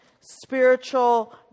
spiritual